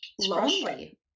lonely